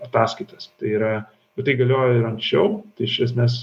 ataskaitas tai yra ir tai galioja ir anksčiau tai iš esmės